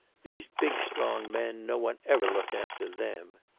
these big strong men, no one ever looked after them.